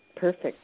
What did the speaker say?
Perfect